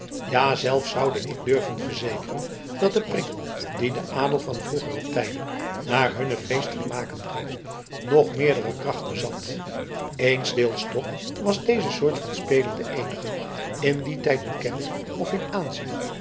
ja zelfs zoude ik durven verzekeren dat de prikkel die den adel van vroegere tijden naar hunne feestvermaken dreef nog meerdere kracht bezat eensdeels toch was deze soort van spelen de eenige in dien tijd bekend of in aanzien